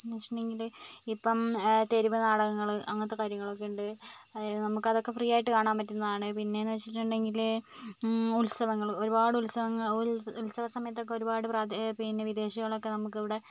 എന്താന്ന് വെച്ചിട്ടുണ്ടെങ്കിൽ ഇപ്പം തെരുവ് നാടകങ്ങൾ അങ്ങനത്തെ കാര്യങ്ങളൊക്കെയുണ്ട് അതായത് നമുക്കതൊക്കെ ഫ്രീയായിട്ട് കാണൻ പറ്റുന്നതാണ് പിന്നേന്നു വെച്ചിട്ടിണ്ടെങ്കിൽ ഉത്സവങ്ങൾ ഒരുപാട് ഉത്സവങ്ങൾ ഉത്സവ സമയത്തൊക്കെ ഒരുപാട് പ്രാധാന്യം പിന്നെ വിദേശികളൊക്കെ നമുക്കിവിടെ